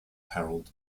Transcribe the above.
harold